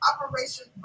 Operation